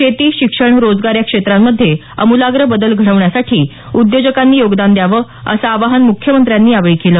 शेती शिक्षण रोजगार या क्षेत्रांमध्ये अमुलाग्र बदल घडवण्यासाठी उद्योजकांनी योगदान द्यावं असं आवाहन मुख्यमंत्र्यांनी यावेळी केलं